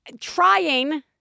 trying